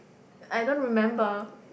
I don't remember